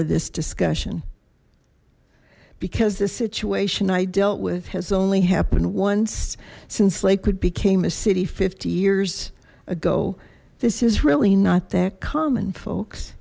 of this discussion because the situation i dealt with has only happened once since lakewood became a city fifty years ago this is really not that common folks